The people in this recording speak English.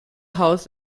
house